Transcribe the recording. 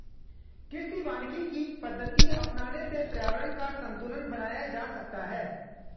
कृषि वानिकी की पद्धति अपनाने से पर्यावरण का संतूलन बनाया जा सकता है